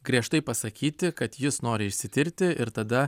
griežtai pasakyti kad jis nori išsitirti ir tada